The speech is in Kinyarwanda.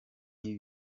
ibi